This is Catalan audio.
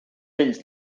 fills